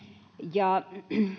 ja